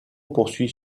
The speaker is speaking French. poursuit